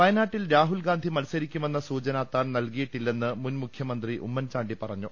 വയനാട്ടിൽ രാഹുൽ ഗാന്ധി മത്സരിക്കുമെന്ന സൂചന താൻ നൽകിയിട്ടില്ലെന്ന് മുൻമുഖൃമന്ത്രി ഉമ്മൻചാണ്ടി പറഞ്ഞു